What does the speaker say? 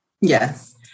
Yes